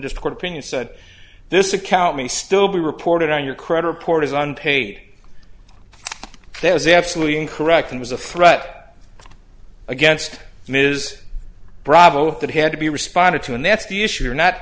just court opinion said this account may still be reported on your credit report as unpaid there is absolutely incorrect and was a threat against ms bravo that had to be responded to and that's the issue you're not